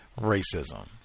racism